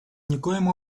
никоим